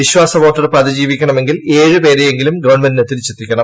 വിശ്വാസവോട്ടെടുപ്പ് അതിജീവിക്കണമെങ്കിൽ ഏഴ് പേരെയെങ്കിലും ഗവൺമെന്റിന് തിരിച്ചെത്തിക്കണം